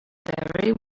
very